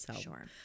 sure